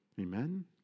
Amen